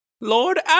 Lord